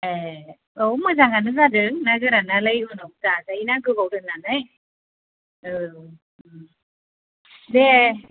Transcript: ए औ मोजांआनो जादों ना गोरानालाय उनाव जाजायो ना गोबाव दोन्नानै औ दे